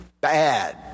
bad